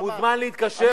מוזמן להתקשר,